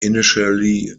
initially